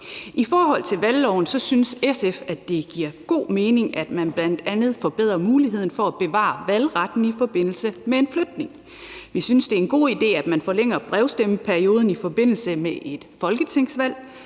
I forhold til valgloven synes SF, at det giver god mening, at man bl.a. forbedrer muligheden for at bevare valgretten i forbindelse med en flytning. Vi synes, det er en god idé, at man forlænger brevstemmeperioden i forbindelse med et folketingsvalg,